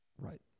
Right